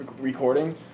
recording